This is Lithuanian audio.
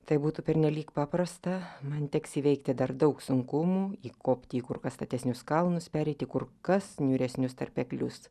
tai būtų pernelyg paprasta man teks įveikti dar daug sunkumų įkopti į kur kas statesnius kalnus pereiti kur kas niūresnius tarpeklius